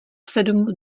sedm